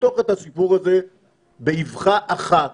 לחתוך את הסיפור הזה באבחה אחת,